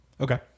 Okay